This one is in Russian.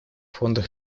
фонда